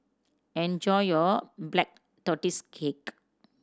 enjoy your Black Tortoise Cake